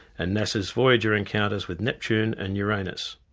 and nasa's voyager encounters with neptune and uranus.